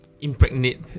impregnate